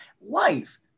Life